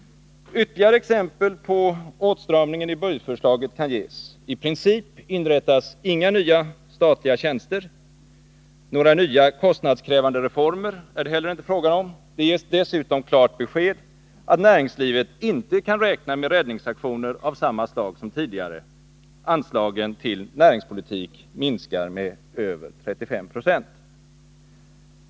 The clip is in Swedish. Ytterligare exempel på åtstramningar i budgetförslaget kan ges. I princip inrättas inga nya statliga tjänster. Några nya, kostnadskrävande reformer är det inte heller fråga om. Det ges dessutom klart besked att näringslivet inte kan räkna med räddningsaktioner av samma slag som tidigare. Anslagen till näringspolitiken minskar med över 35 46.